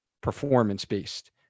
performance-based